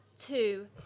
two